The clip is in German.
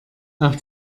auf